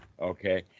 Okay